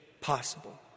possible